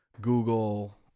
Google